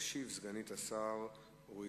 תשיב סגנית השר אורית